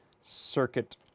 Circuit